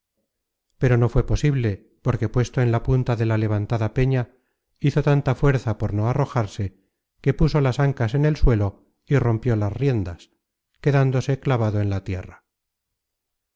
pero no fué posible porque puesto en la punta de la levantada peña hizo tanta fuerza por no arrojarse que puso las ancas en el suelo y rompió las riendas quedándose clavado en la tierra